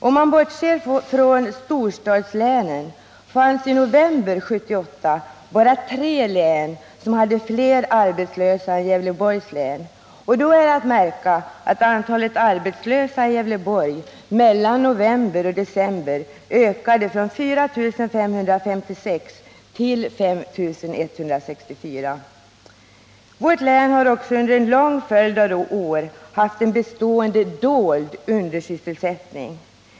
Om man bortser från storstadslänen fanns det i november 1978 bara tre län som hade fler arbetslösa än Gävleborgs län, och då är att märka att antalet arbetslösa i Gävleborgs län mellan november och december ökade från 4 556 till 5 164. Vårt län har också under en lång följd av år haft en bestående dold undersysselsättning.